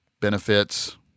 Benefits